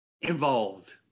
involved